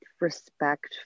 respect